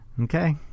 Okay